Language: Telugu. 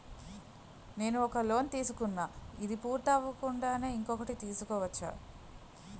నేను ఒక లోన్ తీసుకున్న, ఇది పూర్తి అవ్వకుండానే ఇంకోటి తీసుకోవచ్చా?